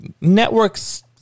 Network's